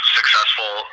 successful